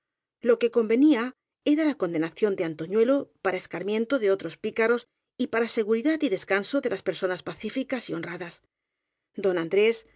lo que convenía era la condenación de antoñuelo paia es carmiento de otros picaros y para seguridad y des canso de las personas pacíficas y honradas don andrés